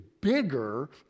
bigger